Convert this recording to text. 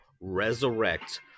resurrect